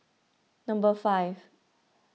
number five